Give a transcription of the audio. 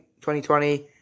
2020